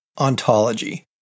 ontology